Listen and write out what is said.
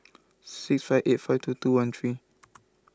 six five eight five two two one three